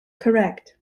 correct